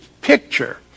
picture